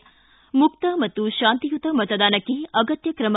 ಿ ಮುಕ್ತ ಮತ್ತು ಶಾಂತಿಯುತ ಮತದಾನಕ್ಕೆ ಅಗತ್ಯ ಕ್ರಮ